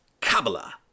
Kabbalah